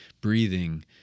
breathing